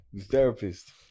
therapist